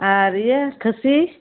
ᱟᱨ ᱤᱭᱟᱹ ᱠᱷᱟᱹᱥᱤ